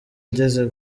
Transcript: ngeze